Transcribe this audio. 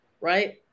right